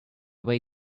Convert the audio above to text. way